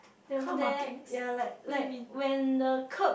then over there ya like like when the curb